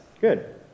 Good